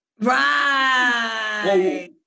right